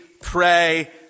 pray